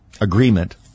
agreement